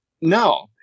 No